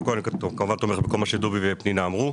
אני תומך, כמובן, בכל מה שדובי ופנינה אמרו.